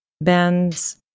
bands